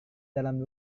dalam